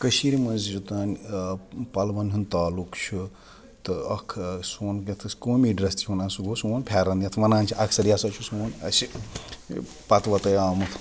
کٔشیٖرِ منٛز یوٚتام پَلوَن ہُنٛد تعلُق چھُ تہٕ اَکھ سون یتھ أسۍ قومی ڈرٛٮ۪س تہِ چھِ وَنان سُہ گوٚو سون پھٮ۪رَن یَتھ وَنان چھِ اَکثر یہِ ہَسا چھِ سون اَسہِ پَتہٕ وتَے آمُت